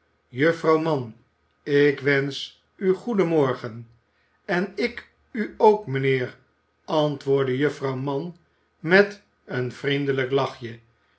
juffrouw mann ik wensch u goedenmorgen en ik u ook mijnheer antwoordde juffrouw mann met een vriendelijk lachje